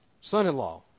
son-in-law